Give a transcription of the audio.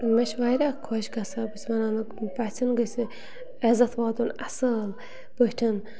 مےٚ چھِ واریاہ خۄش گژھان بہٕ چھَس وَنان پٔژھٮ۪ن گَژھِ عزت واتُن اَصٕل پٲٹھۍ